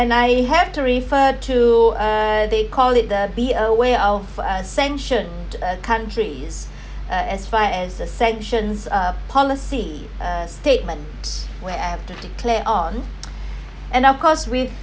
and I have to refer to uh they call it the be aware of a sanctioned a countries uh as far as the sanctions uh policy uh statements where I have to declare on and of course with